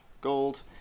gold